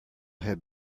had